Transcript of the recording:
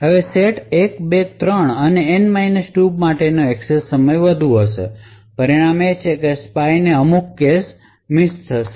હવે સેટ 1 2 3 અને N 2 માટેનો એક્સેસ સમય વધુ હશે પરિણામ એ છે કે સ્પાય ને અમુક કેશ મિસ થશે